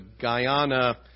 Guyana